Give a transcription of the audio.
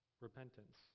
repentance